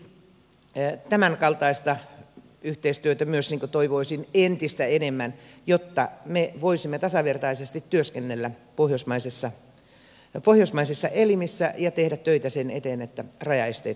eli myös tämänkaltaista yhteistyötä toivoisin entistä enemmän jotta me voisimme tasavertaisesti työskennellä pohjoismaisissa elimissä ja tehdä töitä sen eteen että rajaesteet saadaan poistettua